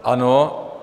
Ano.